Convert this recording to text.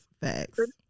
facts